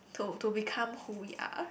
to to become who we are